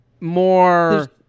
more